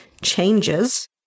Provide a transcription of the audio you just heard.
changes